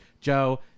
Joe